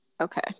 Okay